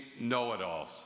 know-it-alls